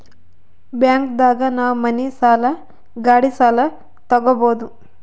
bank ದಾಗ ನಾವ್ ಮನಿ ಸಾಲ ಗಾಡಿ ಸಾಲ ತಗೊಬೋದು